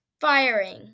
firing